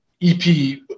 EP